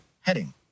Heading